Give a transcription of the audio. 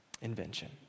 invention